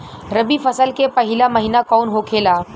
रबी फसल के पहिला महिना कौन होखे ला?